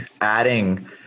adding